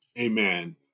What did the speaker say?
Amen